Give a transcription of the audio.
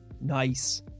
Nice